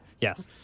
yes